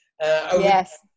Yes